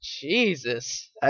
Jesus